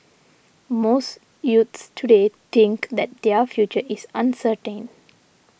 most youths today think that their future is uncertain